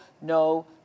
no